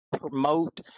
promote